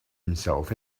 himself